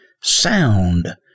sound